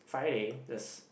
Friday there's